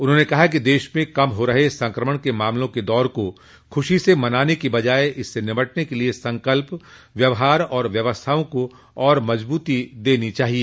उन्होंने कहा कि देश में कम हो रहे संक्रमण के मामलों के दौर को खुशी से मनाने को बजाए इससे निपटने के लिए संकल्प व्यवहार तथा व्यवस्थाओं को और मजबूती देनी चाहिए